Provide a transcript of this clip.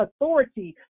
authority